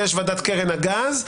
ויש ועדת קרן הגז.